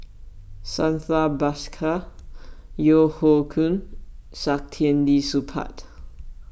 Santha Bhaskar Yeo Hoe Koon Saktiandi Supaat